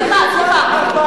אדוני היושב-ראש,